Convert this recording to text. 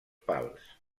pals